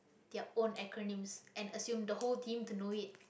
their own acronyms and assume the whole team to know it